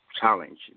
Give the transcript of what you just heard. Challenge